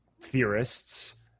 theorists